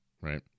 right